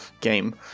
game